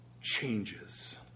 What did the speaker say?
changes